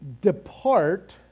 depart